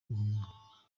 guhunga